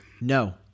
No